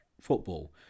football